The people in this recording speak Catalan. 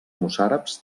mossàrabs